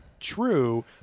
true